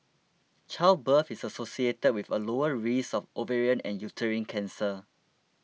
childbirth is associated with a lower risk of ovarian and uterine cancer